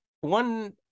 one